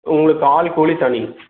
உங்களுக்கு ஆள் கூலி தனி